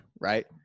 Right